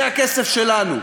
זה הכסף שלנו,